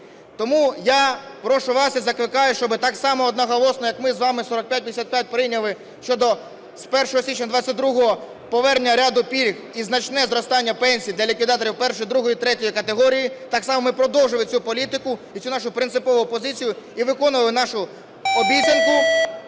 Тому я прошу вас і закликаю, щоб так само одноголосно, як ми з вами 4555 прийняли щодо з 1 січня 2022 повернення ряду пільг і значне зростання пенсій для ліквідаторів І, ІІ і ІІІ категорій, так само ми продовжили цю політику і цю нашу принципову позицію, і виконували нашу обіцянку,